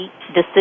decision